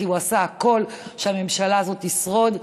כי הוא עשה הכול כדי שהממשלה הזאת תשרוד,